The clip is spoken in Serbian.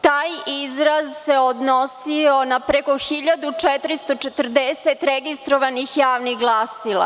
Taj izraz, se odnosio na preko 1440 registrovanih javnih glasila.